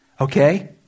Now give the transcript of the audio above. Okay